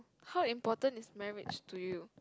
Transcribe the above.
how important is marriage to you